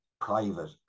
private